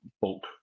bulk